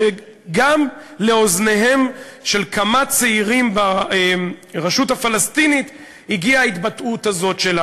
שגם לאוזניהם של כמה צעירים ברשות הפלסטינית הגיעה ההתבטאות הזאת שלה,